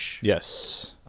yes